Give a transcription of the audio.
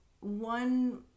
one